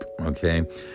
Okay